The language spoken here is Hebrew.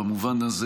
במובן הזה